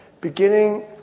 beginning